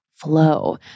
Flow